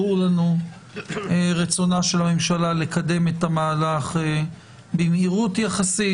ברור לנו רצונה של הממשלה לקדם את המהלך במהירות יחסית.